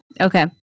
Okay